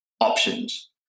options